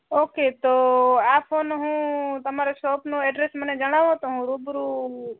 okay તો આ phone હું તમારા શોપનું એડ્રેસ મને જણાવો તો હું રૂબરૂ